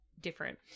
different